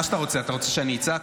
מה שאתה רוצה, אתה רוצה שאני אצעק?